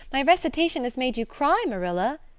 my recitation has made you cry, marilla,